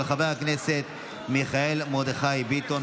של חבר הכנסת מיכאל מרדכי ביטון.